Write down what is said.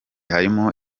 harimo